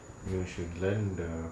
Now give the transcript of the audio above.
you should learn the